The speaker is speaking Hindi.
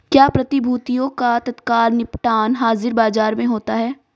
क्या प्रतिभूतियों का तत्काल निपटान हाज़िर बाजार में होता है?